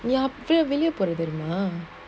we are familiar put it anymore